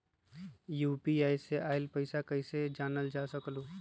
UPI से आईल पैसा कईसे जानल जा सकहु?